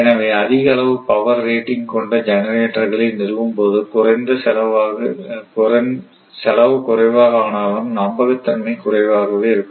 எனவே அதிக அளவு பவர் ரேட்டிங் கொண்ட ஜெனரேட்டர்களை நிறுவும்போது செலவு குறைவாக ஆனாலும் நம்பகத்தன்மை குறைவாகவே இருக்கும்